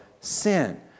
sin